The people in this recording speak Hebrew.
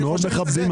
אנחנו מאוד מכבדים,